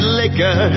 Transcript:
liquor